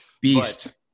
beast